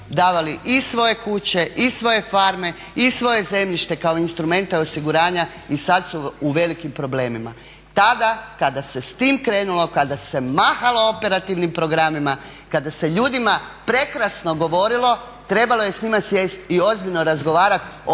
davali i svoje kuće i svoje farme i svoje zemljište kao instrumente osiguranja i sada su u velikim problemima. Tada kada se sa time krenulo, kada se mahalo operativnim programima, kada se ljudima prekrasno govorilo trebalo je s njima sjesti i ozbiljno razgovarati